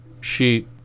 She